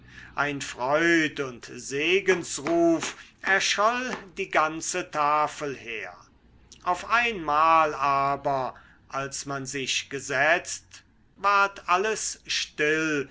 ein freud und segensruf erscholl die ganze tafel her auf einmal aber als man sich gesetzt ward alles still